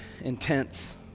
intense